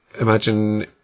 imagine